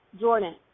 Jordan